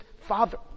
father